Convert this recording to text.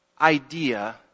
idea